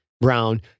brown